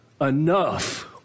enough